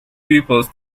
pupils